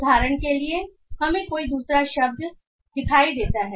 उदाहरण के लिए हमें कोई दूसरा शब्द दिखाई देता है